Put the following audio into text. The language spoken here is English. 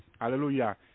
hallelujah